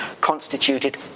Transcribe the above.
constituted